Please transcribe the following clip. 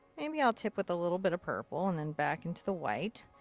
maybe i'll tip with a little bit of purple and and back into the white.